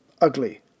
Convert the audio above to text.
ugly